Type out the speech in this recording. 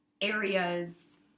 areas